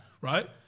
Right